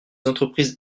entreprises